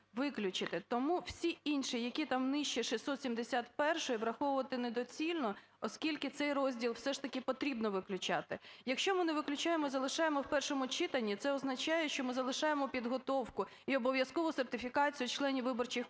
Тому всі інші, які там нижче 671-ї, враховувати недоцільно, оскільки цей розділ все ж таки потрібно виключати. Якщо ми не виключаємо, залишаємо в першому читанні, це означає, що ми залишаємо підготовку і обов'язкову сертифікацію членів виборчих комісій.